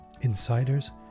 insiders